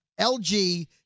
LG